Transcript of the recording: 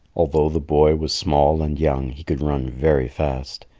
although the boy was small and young, he could run very fast.